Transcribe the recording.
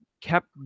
kept